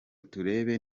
turebe